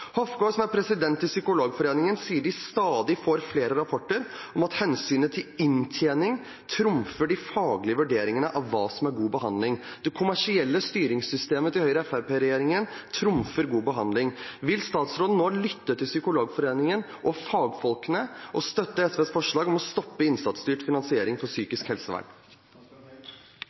som skjer. Hofgaard, som er president i Psykologforeningen, sier at de får stadig flere rapporter om at hensynet til inntjening trumfer de faglige vurderingene av hva som er god behandling. Det kommersielle styringssystemet til Høyre–Fremskrittsparti-regjeringen trumfer god behandling. Vil statsråden nå lytte til Psykologforeningen og fagfolkene og støtte SVs forslag om å stoppe innsatsstyrt finansiering for psykisk helsevern?